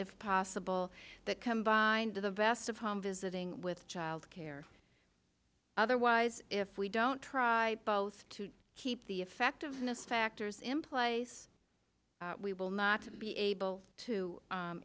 if possible that combined with the best of home visiting with childcare otherwise if we don't try balls to keep the effectiveness factors in place we will not be able to